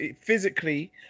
physically